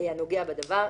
הנוגע בדבר,